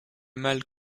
mâle